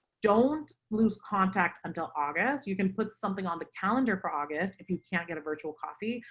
don't lose contacts until august, you can put something on the calendar for august. if you can't get a virtual coffee,